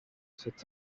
sept